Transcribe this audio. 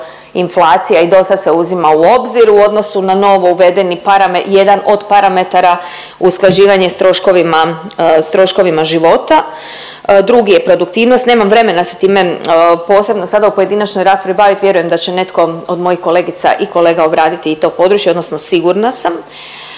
inflacija i do sad se uzimao u obzir u odnosu na novo uvedeni, jedan od parametara usklađivanje s troškovima, s troškovima života. Drugi je produktivnost, nemam vremena se time posebno sada u pojedinačnoj raspravi bavit, vjerujem da će netko od mojih kolegica i kolega obraditi i to područje odnosno sigurna sam.